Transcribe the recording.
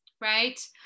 right